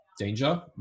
danger